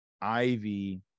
Ivy